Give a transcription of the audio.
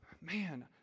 man